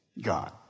God